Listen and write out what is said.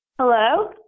Hello